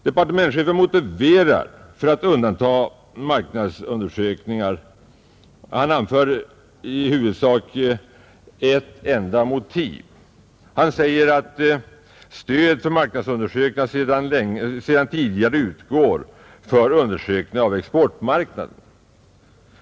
Departementschefen anför i huvudsak ett enda motiv för att marknadsundersökningar skall undantas. Han säger att stöd till marknadsundersökningar redan utgår — för undersökningar av exportmarknaden.